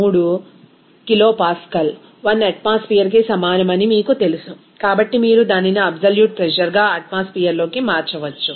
3 kilopascal 1 atmosphere కి సమానమని మీకు తెలుసు కాబట్టి మీరు దానిని అబ్సోల్యూట్ ప్రెజర్ గా అట్మాస్ఫియర్ లోకి మార్చవచ్చు